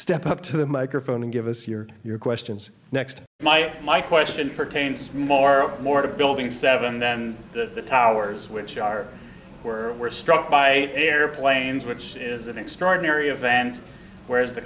step up to the microphone and give us your your questions next my my question pertains more up more to building seven then the towers which are where were struck by airplanes which is an extraordinary event whereas the